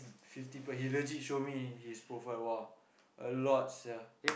fifty per hit he legit show me his profile !wah! a lot sia